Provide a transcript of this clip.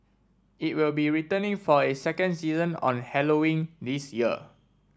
it will be returning for a second season on Halloween this year